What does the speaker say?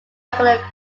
regular